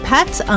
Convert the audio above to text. Pets